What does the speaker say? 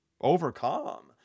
overcome